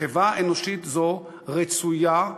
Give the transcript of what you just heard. מחווה אנושית זאת רצויה,